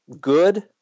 good